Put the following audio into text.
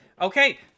Okay